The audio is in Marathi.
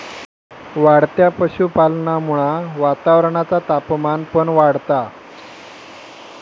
वाढत्या पशुपालनामुळा वातावरणाचा तापमान पण वाढता